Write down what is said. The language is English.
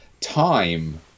time